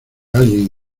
alguien